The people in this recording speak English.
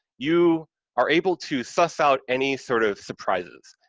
you are able to sus out any sort of surprises.